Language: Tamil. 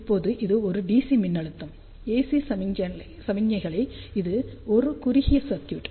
இப்போது இது ஒரு DC மின்னழுத்தம் ஏசி சமிக்ஞைக்கு இது ஒரு குறுகிய சர்க்யூட்